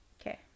Okay